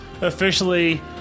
officially